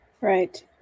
Right